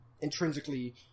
intrinsically